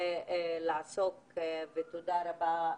תודה רבה,